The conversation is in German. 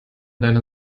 deiner